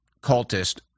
cultist